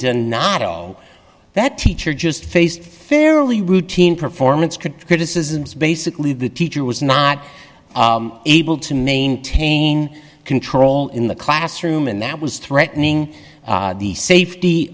donato that teacher just faced fairly routine performance could criticisms basically the teacher was not able to maintain control in the classroom and that was threatening the safety